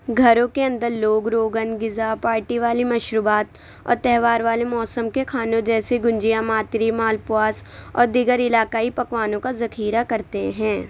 گھروں کے اندر لوگ روغن غذا پارٹی والی مشروبات اور تہوار والے موسم کے کھانوں جیسے گونجیا ماتری مالپواس اور دیگر علاقائی پکوانوں کا ذخیرہ کرتے ہیں